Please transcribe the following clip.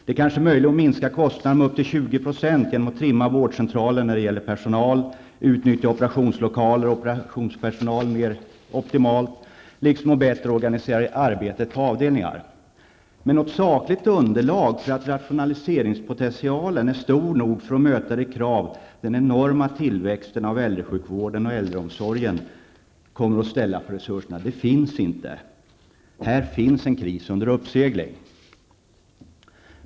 Det är kanske möjligt att minska kostnaderna med upp till 20 % genom att trimma vårdcentraler när det gäller personal, utnyttja operationslokaler och operationspersonal mer optimalt och likaså organisera arbetet bättre på avdelningar. Men något sakligt underlag för att rationaliseringspotentialen är stor nog för att möta de krav den enorma tillväxten av äldresjukvården och äldreomsorgen kommer att ställa på resurserna finnas inte. Här finns en kris under uppsegling.